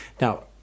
Now